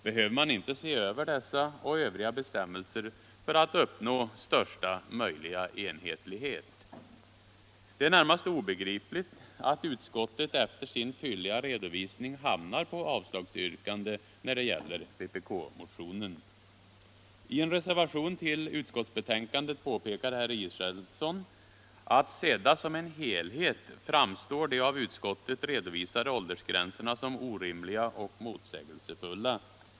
Behöver man inte se över dessa och övriga bestämmelser för att uppnå största möjliga enhetlighet? Det är närmast obegripligt att utskottet efter sin fylliga redovisning yrkar avslag på vpk-motionen. I en reservation till utskottsbetänkandet påpekar herr Israelsson att de av utskottet redovisade åldersgränserna sedda som en helhet framstår som orimliga och motsägelsefulla.